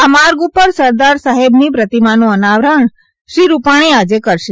આ માર્ગ ઉપર સરદાર સાહેબની પ્રતિમાનું અનાવરણ શ્રી રૂપાણી આજે કરશે